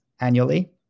annually